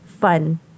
fun